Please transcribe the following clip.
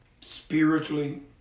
spiritually